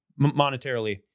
monetarily